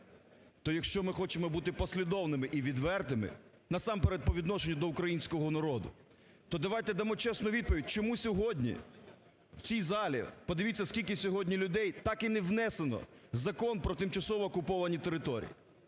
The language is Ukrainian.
То якщо ми хочемо бути послідовними і відвертими, насамперед, по відношенню до українського народу, то давайте дамо чесну відповідь, чому сьогодні у цій залі – подивіться, скільки сьогодні людей – так і не внесено Закон про тимчасово окуповані території,